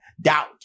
doubt